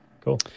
Cool